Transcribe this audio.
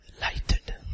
lighted